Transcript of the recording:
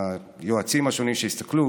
היועצים השונים שהסתכלו